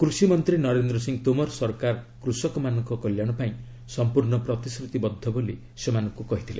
କୃଷିମନ୍ତ୍ରୀ ନରେନ୍ଦ୍ର ସିଂହ ତୋମର ସରକାର କୂଷକମାନଙ୍କ କଲ୍ୟାଣ ପାଇଁ ସମ୍ପର୍ଣ୍ଣ ପ୍ରତିଶ୍ରତିବଦ୍ଧ ବୋଲି ସେମାନଙ୍କୁ କହିଥିଲେ